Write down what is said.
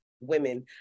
women